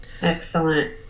Excellent